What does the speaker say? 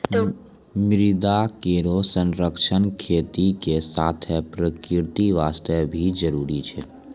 मृदा केरो संरक्षण खेती के साथें प्रकृति वास्ते भी जरूरी छै